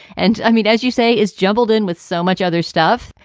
and i mean, as you say, is jumbled in with so much other stuff.